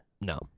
No